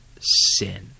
sin